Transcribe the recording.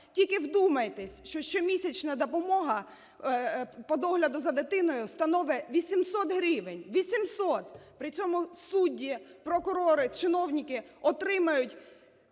Тільки вдумайтесь, що щомісячна допомога по догляду за дитиною становить 800 гривень. 800! При цьому судді, прокурори, чиновники отримують